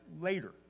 later